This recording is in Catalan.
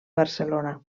barcelona